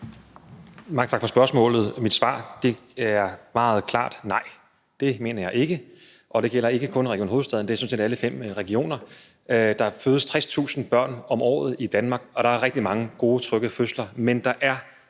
Mange tak for spørgsmålet. Mit svar er meget klart: Nej, det mener jeg ikke. Og det gælder ikke kun Region Hovedstaden; det er sådan set alle fem regioner. Der fødes 60.000 børn om året i Danmark, og der er rigtig mange gode, trygge fødsler,